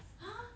!huh!